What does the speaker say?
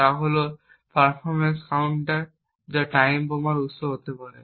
তা হল performance counter যা টাইম বোমার উত্স হতে পারে